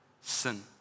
sin